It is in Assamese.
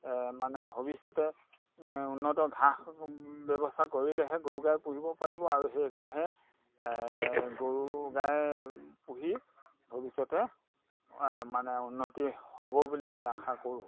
মানে ভৱিষ্যতে উন্নত ঘাঁহ ব্যৱস্থা কৰিলেহে গৰু গাই পুহিব পাৰিব আৰু সেই ঘাঁহে গৰু গাই পুহি ভৱিষ্যতে মানে উন্নতি হ'ব বুলি আমি আশা কৰোঁ